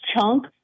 chunk